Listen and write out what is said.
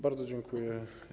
Bardzo dziękuję.